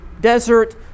desert